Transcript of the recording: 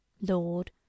Lord